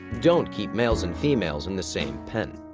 don't keep males and females in the same pen.